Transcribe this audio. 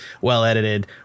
well-edited